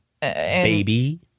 baby